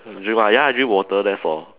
drink what ya I drink the water that's all